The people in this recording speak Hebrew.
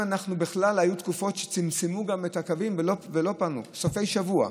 היו תקופות שצמצמו גם את הקווים בסופי שבוע.